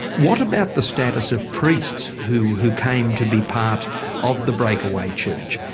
what about the status of priests who who came to be part of the breakaway church?